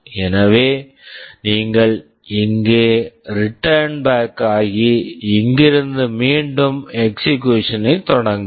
எனவே நீங்கள் இங்கே ரிட்டர்ன் பேக் return back ஆகி இங்கிருந்து மீண்டும் எக்ஸிகுயூசன் execution ஐ தொடங்குங்கள்